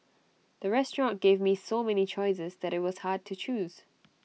the restaurant gave me so many choices that IT was hard to choose